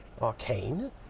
arcane